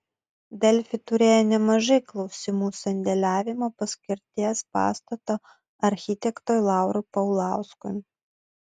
delfi turėjo nemažai klausimų sandėliavimo paskirties pastato architektui laurui paulauskui